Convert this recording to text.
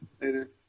Later